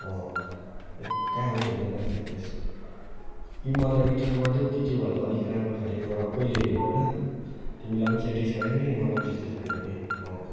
अँ हैट कहाँ हो हुँदैन नि भाइ त्यस्तो तिमी मलाई रिटर्न गरिदेऊ कि त्योभन्दा अलिक राम्रो खाले प्रडक्टकै ल्याइदेऊ होइन तिमीलाई पनि सेटिस्फाई हुने मलाई पनि सेटिस्फाई हुने अँ